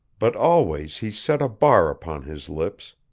but always he set a bar upon his lips,